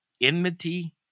Enmity